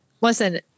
Listen